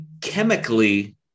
chemically